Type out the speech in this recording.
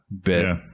bit